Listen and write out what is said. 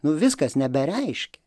nu viskas nebereiškia